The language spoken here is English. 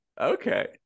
okay